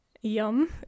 yum